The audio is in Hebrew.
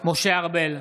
משה ארבל,